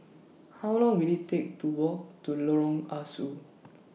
How Long Will IT Take to Walk to Lorong Ah Soo